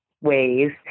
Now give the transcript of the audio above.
ways